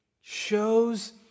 shows